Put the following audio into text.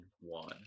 one